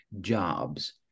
jobs